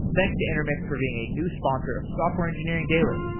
thanks to intermix for being a new sponsor of software engineering daily